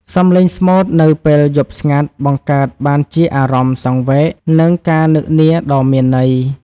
សំឡេងស្មូតនៅពេលយប់ស្ងាត់ បង្កើតបានជាអារម្មណ៍សង្វេគ និងការនឹកនាដ៏មានន័យ។